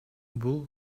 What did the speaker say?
бул